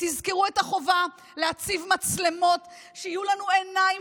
תזכרו את החובה להציב מצלמות שיהיו לנו עיניים